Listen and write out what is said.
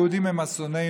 היהודים הם אסוננו,